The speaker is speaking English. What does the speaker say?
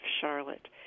Charlotte